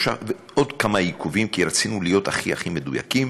עוד כמה עיכובים, כי רצינו להיות הכי הכי מדויקים,